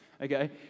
Okay